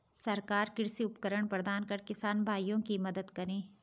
सरकार कृषि उपकरण प्रदान कर किसान भाइयों की मदद करें